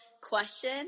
question